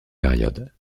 période